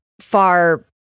far